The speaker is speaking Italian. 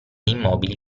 immobili